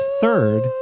third